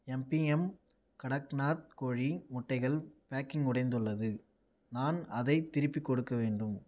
MBM Kadaknath கோழி முட்டைகள் packing உடைந்துள்ளது நான் அதை திருப்பி கொடுக்க வேண்டும்